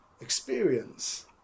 experience